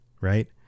right